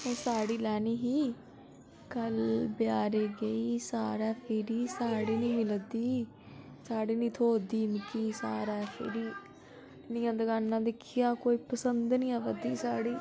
में साड़ी लैनी ही कल बजारै गेई सारै फिरी साड़ी नी मिला दी साड़ी नी थ्होऐ दी मिकी सारै फिरी इन्नियां दकानां दिक्खियां कोई पंसद नी अवा दी साड़ी